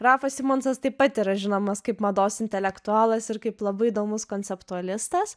rafas simonsas taip pat yra žinomas kaip mados intelektualas ir kaip labai įdomus konceptualizuotas